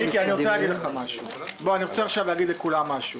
ביום רביעי